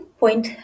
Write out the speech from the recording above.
point